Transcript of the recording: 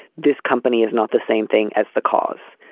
this company is not the same thing as the cause.